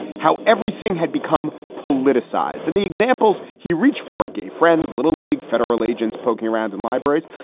how everything had become politicized and the examples he reached for gay friends, little league federal agents poking around in libraries.